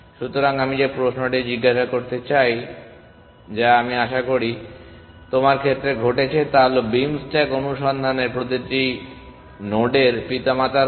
সুতরাং আমি যে প্রশ্নটি জিজ্ঞাসা করতে চাই যা আমি আশা করি তোমার ক্ষেত্রে ঘটেছে তা হল বিম স্ট্যাক অনুসন্ধানে তোমার প্রতিটি নোডের পিতামাতা রয়েছে